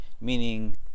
Meaning